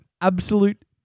absolute